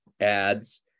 ads